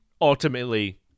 ultimately